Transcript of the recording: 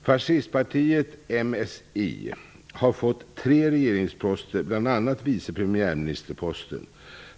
Fascistpartiet MSI har fått tre regeringsposter, bl.a. vice premiärministerposten.